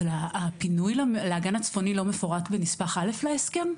אבל הפינוי לאגן הצפוני לא מפורט בנספח א' להסכם?